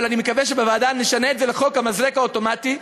אבל אני מקווה שבוועדה נשנה את זה לחוק המזרק האוטומטי,